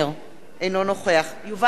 אינו נוכח יובל צלנר,